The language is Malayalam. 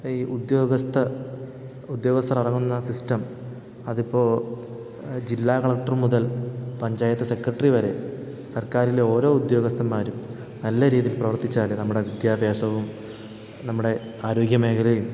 ഈ ഉദ്യോഗസ്ഥ ഉദ്യോഗസ്ഥരടങ്ങുന്ന സിസ്റ്റം അതിപ്പോള് ജില്ലാ കളക്ടർ മുതൽ പഞ്ചായത്ത് സെക്രട്ടറി വരെ സർക്കാരിലെ ഓരോ ഉദ്യോഗസ്ഥന്മാരും നല്ല രീതിയിൽ പ്രവർത്തിച്ചാലേ നമ്മുടെ വിദ്യാഭ്യാസവും നമ്മുടെ ആരോഗ്യമേഖലയും